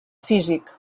físic